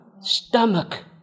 stomach